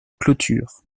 clôture